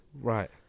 Right